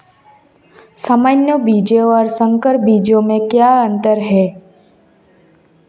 सामान्य बीजों और संकर बीजों में क्या अंतर है?